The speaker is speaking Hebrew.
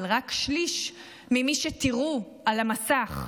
אבל רק שליש ממי שתראו על המסך,